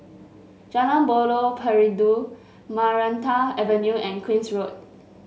Jalan Buloh Perindu Maranta Avenue and Queen's Road